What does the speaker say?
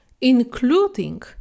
including